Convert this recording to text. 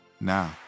Now